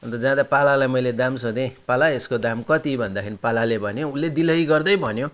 अन्त जाँदा पालालाई मैले दाम सोधेँ पाला यसको दाम कति भन्दाखेरि पालाले भन्यो उसले दिल्लगी गर्दै भन्यो